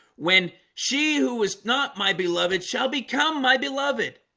when she who was not my beloved shall become my beloved.